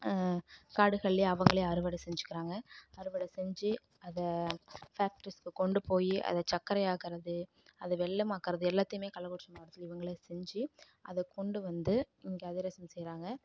காடுகளில் அவங்களே அறுவடை செஞ்சுக்கிறாங்க அறுவடை செஞ்சு அதை ஃபேக்ட்ரிஸ்க்கு கொண்டு போய் அதை சக்கரை ஆக்கிறது அதை வெல்லம் ஆக்கிறது எல்லாத்தையும் கள்ளகுறிச்சி மாவட்டத்தில் இவங்களே செஞ்சு அதை கொண்டு வந்து இங்கே அதிரசம் செய்கிறாங்க